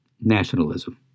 nationalism